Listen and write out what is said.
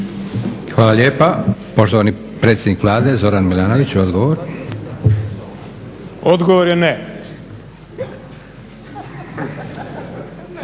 Hvala lijepa. Poštovani predsjednik Vlade, Zoran Milanović, odgovor. **Milanović,